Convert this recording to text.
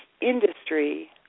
industry